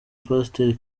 pasiteri